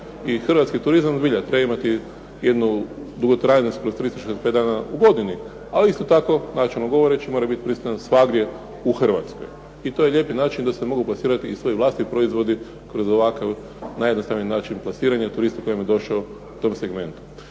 hrvatski turizam treba zbilja imati jednu dugotrajnost kroz 365 dana u godini, ali isto tako načelno govoreći mora biti prisutan svagdje u Hrvatskoj. I to je lijepi način da se mogu plasirati i svoji vlastiti proizvodi kroz ovakav najjednostavniji način plasiranja turista koji je došao u tom segmentu.